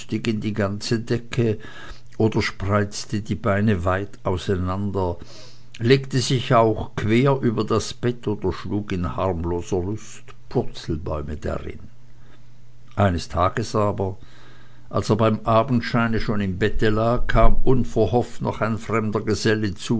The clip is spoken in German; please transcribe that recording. die ganze decke oder spreizte die beine weit auseinander legte sich quer über das bett oder schlug in harmloser lust purzelbäume darin eines tages aber als er beim abendscheine schon im bette lag kam unverhofft noch ein fremder geselle